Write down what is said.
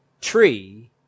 tree